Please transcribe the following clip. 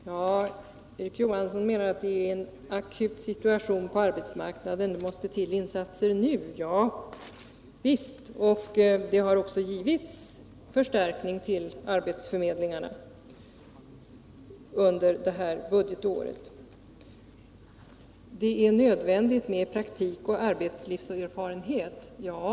Herr talman! Erik Johansson i Simrishamn menar att vi har en akut situation på arbetsmarknaden och att det måste till insatser nu. Javisst! Det har också givits förstärkning till arbetsförmedlingarna under det här budgetåret. Det är nödvändigt med praktik och arbetslivserfarenhet, säger Erik Johansson.